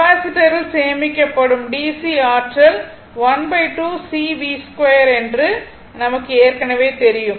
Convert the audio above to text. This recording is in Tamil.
கெபாசிட்டரில் சேமிக்க படும் DC ஆற்றல் 12 C V2 என்று ஏற்கனவே நமக்கு தெரியும்